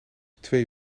twee